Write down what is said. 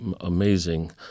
amazing